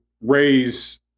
raise